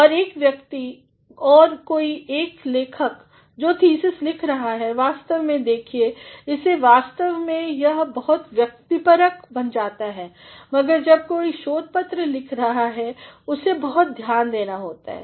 और एक व्यक्ति और कोई एक लेखक जो थीसिस लिख रहा है वास्तव में देखिए इसे वास्तव में यह बहुतव्यक्तिपरकबन जाता है मगर जब कोई शोध पत्र लिखता है उसे बहुत ध्यान देना होता है